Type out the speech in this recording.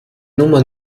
nummer